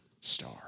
star